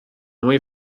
away